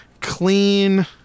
clean